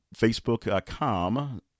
facebook.com